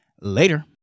later